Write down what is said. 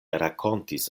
rakontis